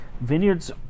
Vineyards